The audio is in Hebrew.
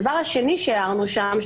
הדבר השני שהערנו שם,